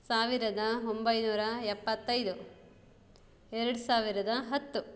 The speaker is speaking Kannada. ಸಾವಿರದ ಒಂಬೈನೂರ ಎಪ್ಪತ್ತೈದು ಎರಡು ಸಾವಿರದ ಹತ್ತು